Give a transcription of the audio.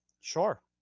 Sure